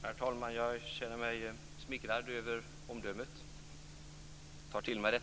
Herr talman! Jag känner mig smickrad över omdömet och tar till mig det,